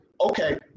okay